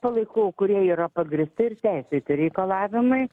palaikau kurie yra pagrįsti ir teisėti reikalavimai